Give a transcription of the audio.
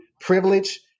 privilege